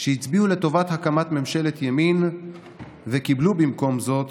שהצביעו לטובת הקמת ממשלת ימין וקיבלו במקום זאת